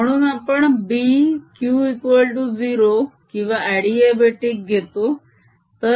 म्हणून आपण B Q0 किंवा अडीअबेटीक घेतो